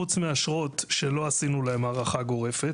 חוץ מאשרות שלא עשינו להן הארכה גורפת,